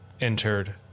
entered